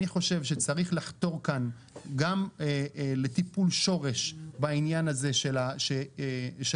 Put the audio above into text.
אני חושב שצריך לחתור כאן גם לטיפול שורש בענין הזה של השקיפות,